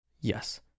yes